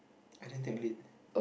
I didn't take Lit